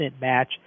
match